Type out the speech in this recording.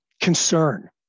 concern